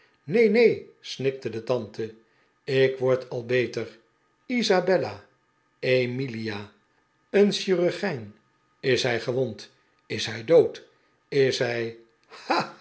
neen neen snikte de tante ik word al beter isabella emilia een chirurgijn is hij gewond is hij dood is hij